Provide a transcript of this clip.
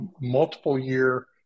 multiple-year